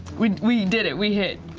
we we did it, we hit.